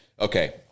Okay